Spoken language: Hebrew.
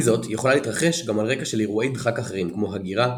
עם זאת היא יכולה להתרחש גם על רקע של אירועי דחק אחרים כמו הגירה,